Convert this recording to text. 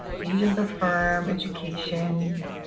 age of the firm, education,